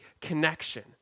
connection